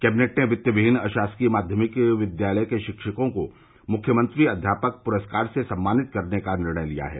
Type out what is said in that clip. cabinet ने वित्तविहीन अशासकीय माध्यमिक विद्यालय के शिक्षकों को मुख्यमंत्री अध्यापक पुरस्कार से सम्मानित करने का निर्णय लिया है